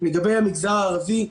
לגבי המגזר הערבי,